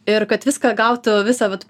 ir kad viską gautų visą vat